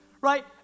right